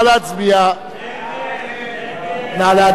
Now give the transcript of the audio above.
הצעת סיעות העבודה מרצ להביע